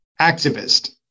activist